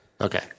Okay